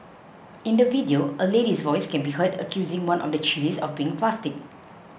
in the video a lady's voice can be heard accusing one of the chillies of being plastic